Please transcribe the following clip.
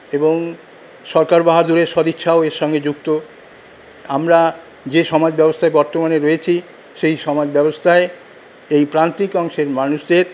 এবং সরকার বাহাদুরের সদিচ্ছাও এর সঙ্গে যুক্ত আমরা যে সমাজ ব্যবস্থায় বর্তমানে রয়েছি সেই সমাজ ব্যবস্থায় এই প্রান্তিক অংশের মানুষদের